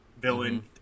villain